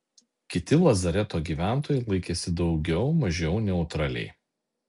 kiti lazareto gyventojai laikėsi daugiau mažiau neutraliai